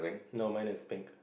no mine is pink